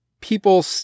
people